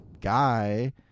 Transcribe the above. guy